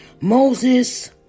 Moses